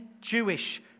Jewish